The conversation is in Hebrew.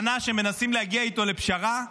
שנה שמנסים להגיע איתו לפשרה,